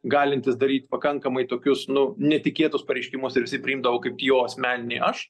galintis daryt pakankamai tokius nu netikėtus pareiškimus ir jisai priimdavo kaip jo asmeninį aš